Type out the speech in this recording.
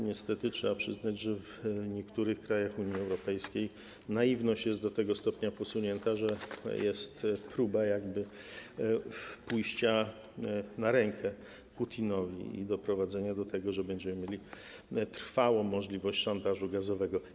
Niestety trzeba przyznać, że w niektórych krajach Unii Europejskiej naiwność jest do tego stopnia posunięta, że jest próba jakby pójścia na rękę Putinowi i doprowadzenia do tego, że będziemy mieli trwałą możliwość szantażu gazowego.